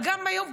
וגם היום,